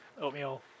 Oatmeal